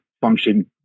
function